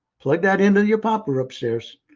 plug that into your popper upstairs.